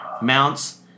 Mounts